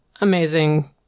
Amazing